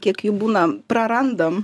kiek jų būna prarandam